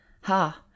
Ha